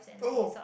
oh